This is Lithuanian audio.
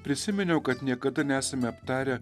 prisiminiau kad niekada nesame aptarę